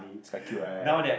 it's quite cute right